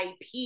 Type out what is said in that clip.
IP